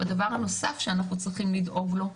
הדבר הנוסף שאנחנו צריכים לדאוג לו,